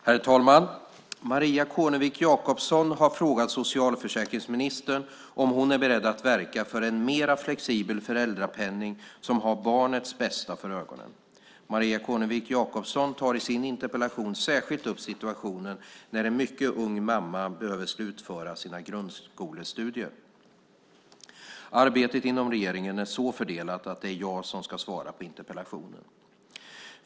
Herr talman! Maria Kornevik Jakobsson har frågat socialförsäkringsministern om hon är beredd att verka för en mer flexibel föräldrapenning som har barnets bästa för ögonen. Maria Kornevik Jakobsson tar i sin interpellation särskilt upp situationen när en mycket ung mamma behöver slutföra sina grundskolestudier. Arbetet inom regeringen är så fördelat att det är jag som ska svara på interpellationen.